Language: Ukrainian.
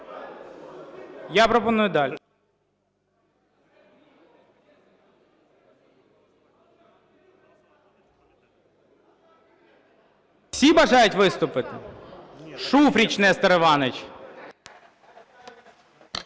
(Шум у залі) Всі бажають виступити? Шуфрич Нестор Іванович.